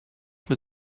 mit